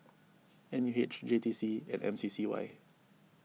N U H J T C and M C C Y